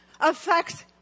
affects